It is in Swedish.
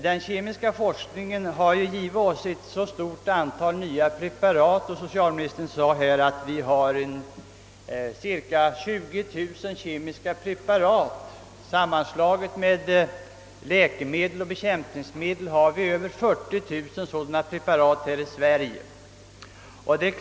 Den kemiska forskningen har givit oss ett stort antal nya preparat — socialministern nämnde att vi har cirka 20 000 kemiska preparat. Samtliga preparat för läkemedel och bekämpningsmedel uppgår till över 40000 här i Sverige.